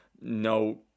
No